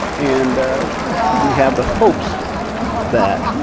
and we have the hopes that,